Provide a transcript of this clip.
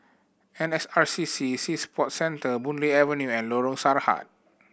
N S R C C Sea Sports Centre Boon Lay Avenue and Lorong Sarhad